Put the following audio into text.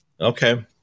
Okay